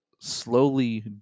slowly